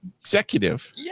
executive